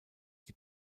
die